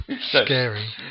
scary